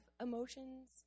emotions